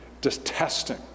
detesting